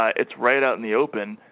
ah it's right on the open